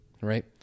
right